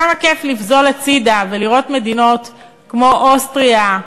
כמה כיף לפזול הצדה ולראות מדינות כמו אוסטריה,